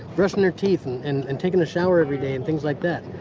brushing their teeth and and and taking a shower every day and things like that.